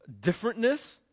differentness